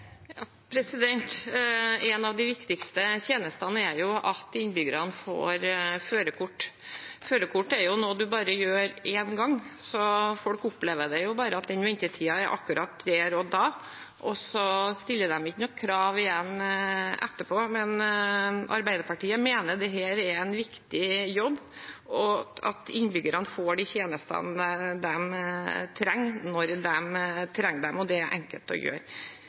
innbyggerne får førerkort. Førerkortet er noe man tar bare én gang, så folk opplever bare at ventetiden er der akkurat der og da, og så stiller de ikke krav igjen etterpå, men Arbeiderpartiet mener det er en viktig jobb å sørge for at innbyggerne får de tjenestene de trenger, når de trenger dem, og dette er det enkelt å gjøre.